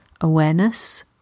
awareness